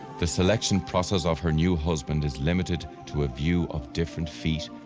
the selection process of her new husband is limited to a view of different feet,